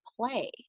play